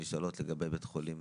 על פי ההנחיות בית החולים